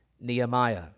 Nehemiah